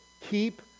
Keep